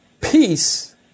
peace